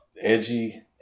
edgy